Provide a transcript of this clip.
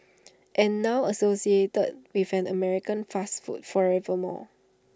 and now associated with an American fast food forever more